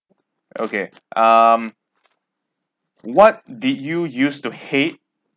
okay um what did you use to hate